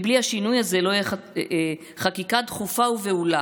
כי בלי השינוי הזה, חקיקה דחופה ובהולה,